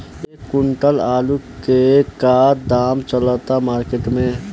एक क्विंटल आलू के का दाम चलत बा मार्केट मे?